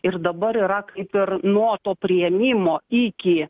ir dabar yra kaip ir nuo to priėmimo iki